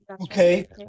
okay